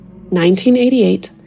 1988